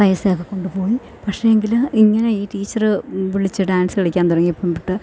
പൈസ ഒക്കെ കൊണ്ട് പോയി പക്ഷേ എങ്കിൽ ഇങ്ങനെ ഈ ടീച്ചർ വിളിച്ച് ഡാൻസ് കളിക്കാൻ തുടങ്ങിയപ്പം തൊട്ട്